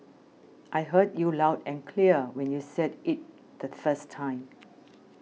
I heard you loud and clear when you said it the first time